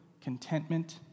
contentment